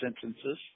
sentences